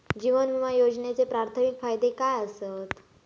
जीवन विमा योजनेचे प्राथमिक फायदे काय आसत?